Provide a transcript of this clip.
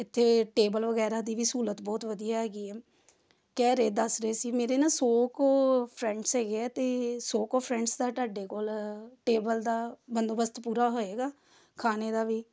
ਇੱਥੇ ਟੇਬਲ ਵਗੈਰਾ ਦੀ ਵੀ ਸਹੂਲਤ ਬਹੁਤ ਵਧੀਆ ਹੈਗੀ ਹੈ ਕਹਿ ਰਹੇ ਦੱਸ ਰਹੇ ਸੀ ਮੇਰੇ ਨਾ ਸੌ ਕੁ ਫਰੈਂਡਸ ਹੈਗੇ ਆ ਅਤੇ ਸੌ ਕੁ ਫਰੈਂਡਸ ਦਾ ਤੁਹਾਡੇ ਕੋਲ ਟੇਬਲ ਦਾ ਬੰਦੋਬਸਤ ਪੂਰਾ ਹੋਏਗਾ ਖਾਣੇ ਦਾ ਵੀ